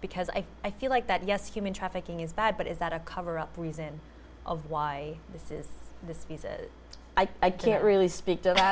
because i feel like that yes human trafficking is bad but is that a cover up reason of why this is this i can't really speak to that